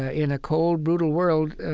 ah in a cold, brutal world,